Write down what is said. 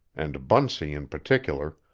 and bunsey in particular,